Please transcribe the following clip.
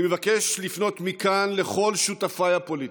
אני מבקש לפנות מכאן לכל שותפיי הפוליטיים: